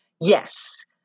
Yes